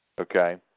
Okay